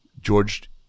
George